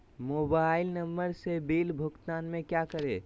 Mobile number से bill भुगतान में क्या करें?